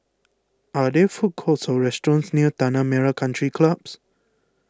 are there food courts or restaurants near Tanah Merah Country Clubs